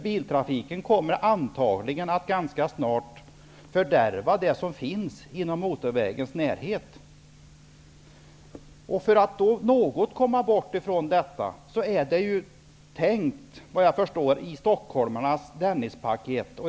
Biltrafiken kommer antagligen att ganska snart fördärva det som finns i närheten av motorvägen.